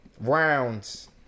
rounds